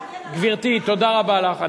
גברתי, תודה רבה לך.